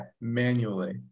manually